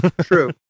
true